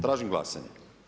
Tražim glasanje.